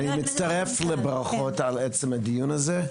אני מצטרף לברכות על עצם הדיון הזה.